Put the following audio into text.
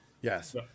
yes